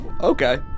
Okay